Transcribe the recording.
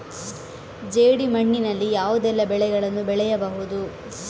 ಜೇಡಿ ಮಣ್ಣಿನಲ್ಲಿ ಯಾವುದೆಲ್ಲ ಬೆಳೆಗಳನ್ನು ಬೆಳೆಯಬಹುದು?